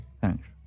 Thanks